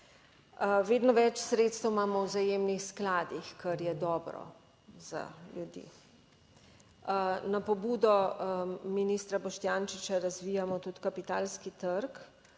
Vedno več sredstev imamo vzajemnih skladih, kar je dobro za ljudi. Na pobudo ministra Boštjančiča razvijamo tudi kapitalski trg,